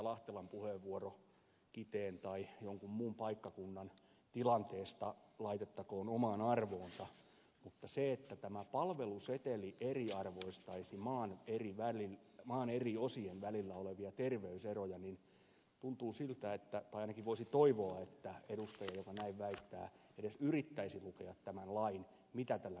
lahtelan puheenvuoro kiteen tai jonkin muun paikkakunnan tilanteesta laitettakoon omaan arvoonsa mutta jos sanotaan että tämä palveluseteli eriarvoistaisi maan eri osien välillä olevia terveyseroja niin tuntuu siltä tai ainakin voisi toivoa että edustaja joka näin väittää edes yrittäisi lukea tämän lain mitä tällä koetetaan hakea